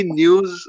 news